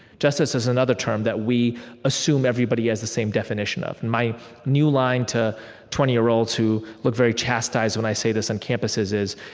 justice is another term that we assume everybody has the same definition of. my new line to twenty year olds who look very chastised when i say this on campuses is,